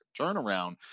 turnaround